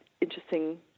interesting